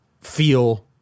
feel